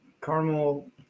caramel